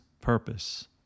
purpose